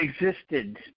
existed